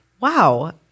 wow